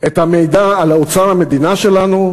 את המידע על אוצר המדינה שלנו?